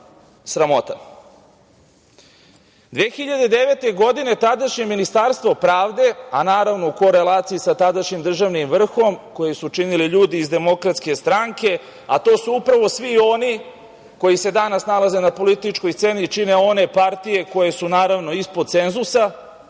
2009. tadašnje Ministarstvo pravde, a naravno u korelaciji sa tadašnjim državnim vrhom koji su činili ljudi iz DS, a to su upravo svi oni koji se danas nalaze na političkoj sceni, čine one partije koje su naravno ispod cenzusa,